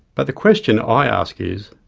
but the question i ask is,